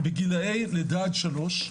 בגילאי לידה עד שלוש,